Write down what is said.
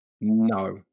No